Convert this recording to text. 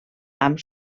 amb